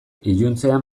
iluntzean